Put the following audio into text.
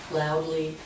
loudly